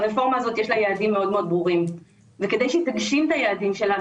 לרפורמה הזאת יש יעדים מאוד מאוד ברורים וכדי שהיא תגשים את היעדים שלה,